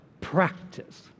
practice